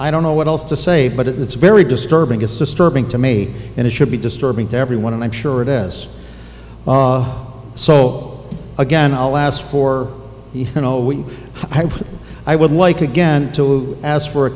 i don't know what else to say but it's very disturbing it's disturbing to me and it should be disturbing to everyone and i'm sure it is so again i'll ask for you know we i would like again to ask for a